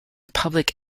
public